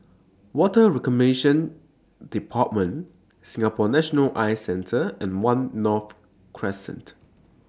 Water Reclamation department Singapore National Eye Centre and one North Crescent